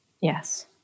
Yes